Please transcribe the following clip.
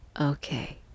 Okay